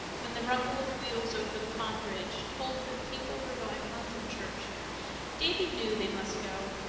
when the rumble of wheels over the pond bridge told that people were going home from church davy knew they must go.